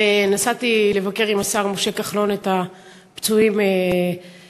ונסעתי עם השר משה כחלון לבקר את הפצועים בפיגוע,